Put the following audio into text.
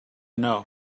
know